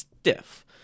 stiff